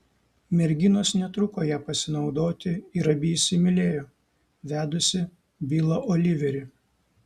merginos netruko ja pasinaudoti ir abi įsimylėjo vedusį bilą oliverį